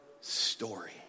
story